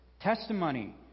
testimony